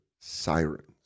sirens